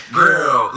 girl